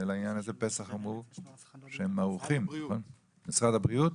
למשרד הבריאות